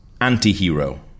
Anti-hero